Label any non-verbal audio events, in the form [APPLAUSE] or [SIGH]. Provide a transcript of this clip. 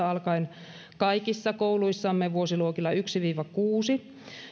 [UNINTELLIGIBLE] alkaen kaksituhattakuusitoista kaikissa kouluissamme vuosiluokilla yksi viiva kuusi ja